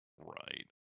right